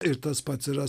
ir tas pats yra